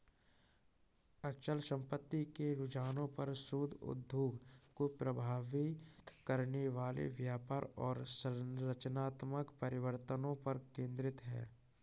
अचल संपत्ति के रुझानों पर शोध उद्योग को प्रभावित करने वाले व्यापार और संरचनात्मक परिवर्तनों पर केंद्रित है